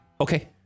Okay